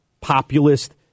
populist